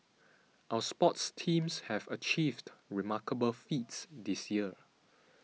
our sports teams have achieved remarkable feats this year